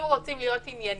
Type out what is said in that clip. אם רוצים להיות ענייניים,